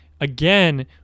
again